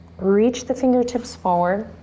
reach the fingertips forward.